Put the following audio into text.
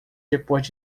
depois